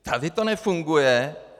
Tady to nefunguje.